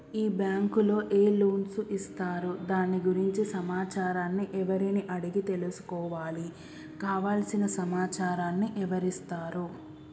ఈ బ్యాంకులో ఏ లోన్స్ ఇస్తారు దాని గురించి సమాచారాన్ని ఎవరిని అడిగి తెలుసుకోవాలి? కావలసిన సమాచారాన్ని ఎవరిస్తారు?